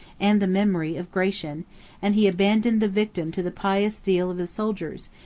and the memory of gratian and he abandoned the victim to the pious zeal of the soldiers,